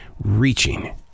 Reaching